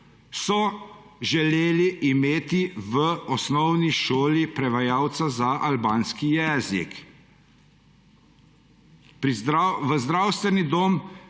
so želeli imeti v osnovni šoli prevajalca za albanski jezik. V zdravstveni dom